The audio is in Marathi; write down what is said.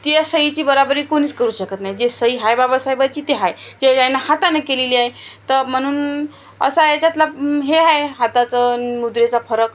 त्या सहीची बरोबरी कुणीच करू शकत नाही जे सही आहे बाबासाहेबांची ती आहे ते जे आहे न हाताने केलेली आहे तर म्हणून असा याच्यातला हे आहे हाताचं आणि मुद्रेचा फरक